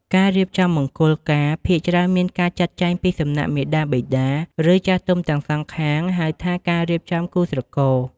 ការរៀបចំមង្គលការភាគច្រើនមានការចាត់ចែងពីសំណាក់មាតាបិតា ឬចាស់ទុំទាំងសងខាង ហៅថាការរៀបចំគូស្រករ។